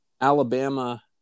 Alabama